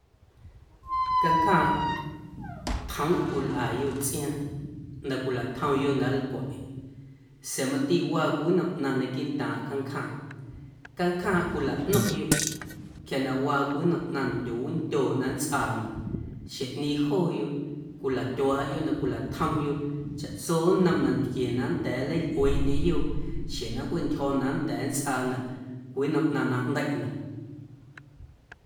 Canjaaⁿꞌ tjoomꞌ cwilꞌayoꞌ tsꞌiaaⁿ na cwilatjomyoꞌ na na nlcwaꞌyoꞌ sa̱a̱ mati waa cwii nnom ꞌnaⁿ naquiiꞌntaaⁿ canjaaⁿꞌ, canjaaⁿꞌ cwilaꞌno̱ⁿꞌyoꞌ quia na waa cwii nnom ꞌnaⁿ na ndyowindyooꞌ na nntsꞌaanaꞌ xjeⁿꞌñeeⁿ jooyoꞌ cwilatyuaaꞌyoꞌ na cwilatjomyoꞌ chaꞌtso nnom nantquie na nnda̱a̱ nleilꞌueeꞌndyeyoꞌ xjeⁿ na nncweꞌntyjo̱ na nnda̱a̱ nntsꞌaanaꞌ cwii nnom ꞌnaⁿ na jndeiꞌnaꞌ.